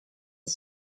the